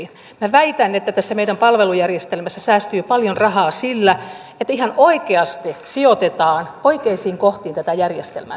minä väitän että tässä meidän palvelujärjestelmässä säästyy paljon rahaa sillä että ihan oikeasti sijoitetaan oikeisiin kohtiin tätä järjestelmää